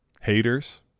haters